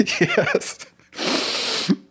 Yes